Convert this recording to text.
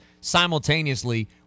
simultaneously